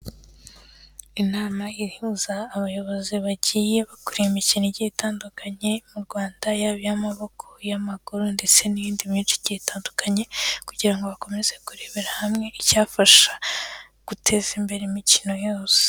Inama ihuza abayobozi bagiye bakuriye imikino igiye itandukanye mu Rwanda yaba iy'amabokoko, iy'amaguru ndetse n'iy'indi minshi igiye itandukanye, kugira ngo bakomeze kurebera hamwe icyabafasha guteza imbere imikino yose.